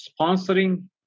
sponsoring